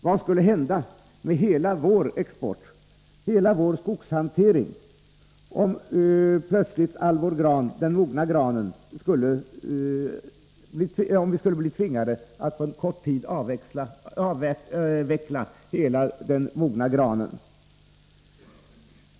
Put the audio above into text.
Vad skulle hända med hela vår export, hela vår skogshantering, om vi skulle bli tvingade att på kort tid avveckla hela vårt bestånd av mogen gran?